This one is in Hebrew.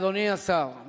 אדוני השר,